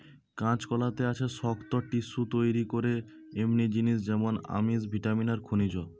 কাঁচকলাতে আছে শক্ত টিস্যু তইরি করে এমনি জিনিস যেমন আমিষ, ভিটামিন আর খনিজ